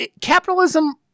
capitalism